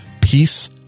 peace